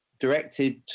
directed